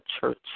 church